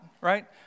right